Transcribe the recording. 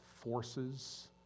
forces